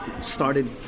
started